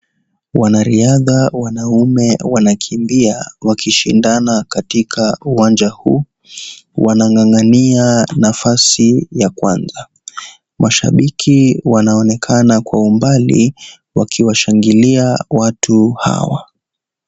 Wanariadha wanaume wanakimbia wakishindana katika uwanja huu. Wanang'ang'ania nafasi ya kwanza. Mashabiki wanaonekana kwa umbali wakiwashangilia watu hawa.